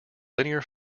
linear